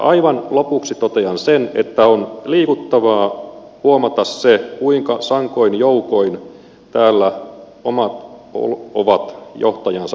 aivan lopuksi totean sen että on liikuttavaa huomata se kuinka sankoin joukoin täällä omat ovat johtajaansa puolustamassa